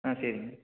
ஆ சரிங்க